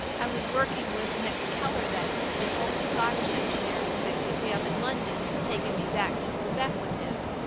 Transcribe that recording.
i was working with mackeller then, an old scotch engineer who had picked me up in london and taken me back to quebec with him.